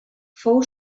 fou